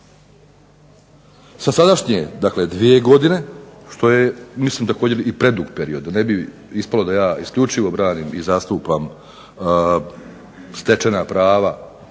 Sa sadašnje dvije godine što je mislim također i predug period, da ne bi ispalo da ja isključivo branim i zastupam stečena prava